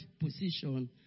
position